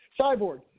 Cyborg